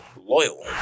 loyal